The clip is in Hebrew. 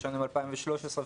בשנים 2013,